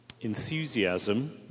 enthusiasm